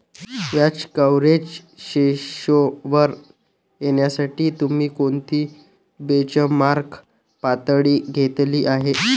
व्याज कव्हरेज रेशोवर येण्यासाठी तुम्ही कोणती बेंचमार्क पातळी घेतली आहे?